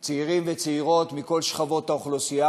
בו צעירים וצעירות מכל שכבות האוכלוסייה,